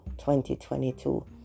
2022